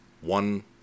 one